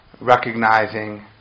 recognizing